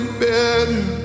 better